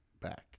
back